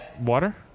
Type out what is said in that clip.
water